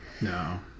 No